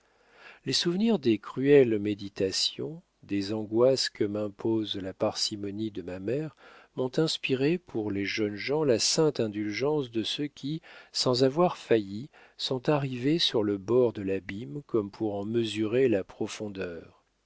les souvenirs des cruelles méditations des angoisses que m'imposa la parcimonie de ma mère m'ont inspiré pour les jeunes gens la sainte indulgence de ceux qui sans avoir failli sont arrivés sur le bord de l'abîme comme pour en mesurer la profondeur